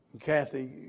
Kathy